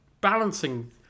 balancing